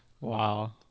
Wow